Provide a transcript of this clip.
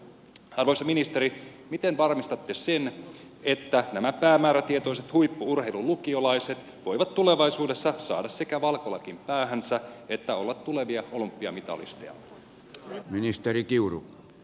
arvoisa ministeri miten varmistatte sen että nämä päämäärätietoiset huippu urheilulukiolaiset voivat tulevaisuudessa saada sekä valkolakin päähänsä että olla tulevia olympiamitalisteja